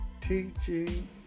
teaching